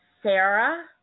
Sarah